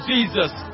Jesus